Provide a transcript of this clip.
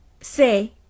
Say